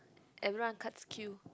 everyone cuts queue